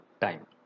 time